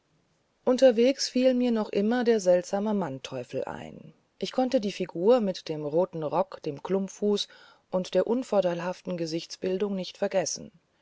unterwegs fiel mir noch immer der seltsame mannteuffel ein ich konnte die figur mit dem roten rock dem klumpfuß und der unvorteilhaften gesichtsbildung nicht vergessen